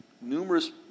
numerous